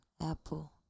Apple